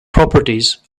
properties